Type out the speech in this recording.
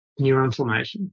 neuroinflammation